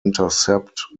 intercept